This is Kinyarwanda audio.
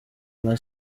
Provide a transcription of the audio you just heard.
nka